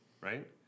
Right